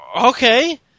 Okay